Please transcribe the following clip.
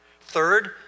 Third